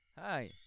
Hi